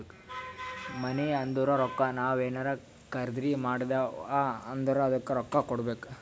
ಮನಿ ಅಂದುರ್ ರೊಕ್ಕಾ ನಾವ್ ಏನ್ರೇ ಖರ್ದಿ ಮಾಡಿವ್ ಅಂದುರ್ ಅದ್ದುಕ ರೊಕ್ಕಾ ಕೊಡ್ಬೇಕ್